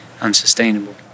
unsustainable